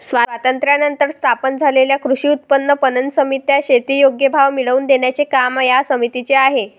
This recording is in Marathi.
स्वातंत्र्यानंतर स्थापन झालेल्या कृषी उत्पन्न पणन समित्या, शेती योग्य भाव मिळवून देण्याचे काम या समितीचे आहे